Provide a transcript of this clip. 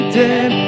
dead